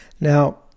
Now